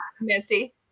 Missy